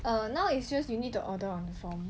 err now it's just you need to order on the form